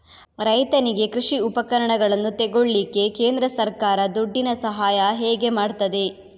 ರೈತನಿಗೆ ಕೃಷಿ ಉಪಕರಣಗಳನ್ನು ತೆಗೊಳ್ಳಿಕ್ಕೆ ಕೇಂದ್ರ ಸರ್ಕಾರ ದುಡ್ಡಿನ ಸಹಾಯ ಹೇಗೆ ಮಾಡ್ತದೆ?